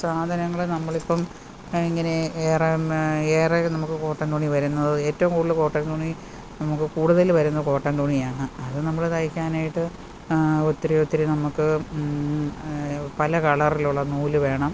സാധനങ്ങൾ നമ്മൾ ഇപ്പം ഇങ്ങനെ ഏറെ ഏറെ നമുക്ക് കോട്ടൺ തുണി വരുന്നത് ഏറ്റവും കൂടുതൽ കോട്ടൺ തുണി നമുക്ക് കൂടുതൽ വരുന്ന കോട്ടൺ തുണി ആണ് അത് നമ്മൾ തയ്ക്കാനായിട്ട് ഒത്തിരി ഒത്തിരി നമുക്ക് പല കളറിലുള്ള നൂല് വേണം